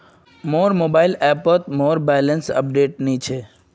मोर मोबाइल ऐपोत मोर बैलेंस अपडेट नि छे